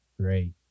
great